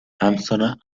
armstrong